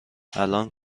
الان